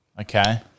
Okay